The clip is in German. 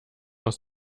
aus